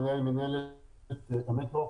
מנהל מינהלת המטרו,